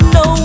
no